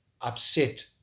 upset